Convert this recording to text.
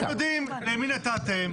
אתם יודעים למי נתתם,